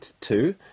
two